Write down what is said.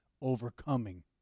overcoming